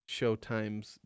Showtime's